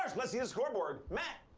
um let's see the scoreboard. matt,